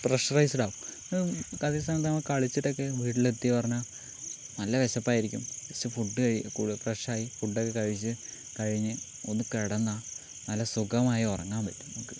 പ്രെഷറൈസ്ഡാവും അതേ സമയത്താകുമ്പോൾ കളിച്ചിട്ടൊക്കെ വീട്ടിൽ എത്തി പറഞ്ഞാൽ നല്ല വിശപ്പായിരിക്കും പക്ഷെ ഫുഡ് കഴിക്കും കുളി ഫ്രഷായി ഫുഡൊക്കെ കഴിച്ചു കഴിഞ്ഞ് ഒന്ന് കിടന്നാൽ നല്ല സുഖമായി ഉറങ്ങാൻ പറ്റും നമക്ക്